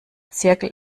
zirkel